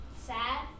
sad